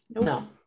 no